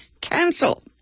cancel